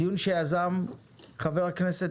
דיון שיזם חבר הכנסת,